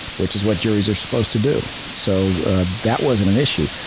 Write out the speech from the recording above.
which is what juries are supposed to do. so ah that wasn't an issue.